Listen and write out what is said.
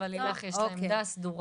אבל לילך יש לך עמדה סדורה.